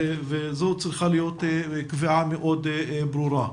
זו צריכה להיות קביעה מאוד ברורה.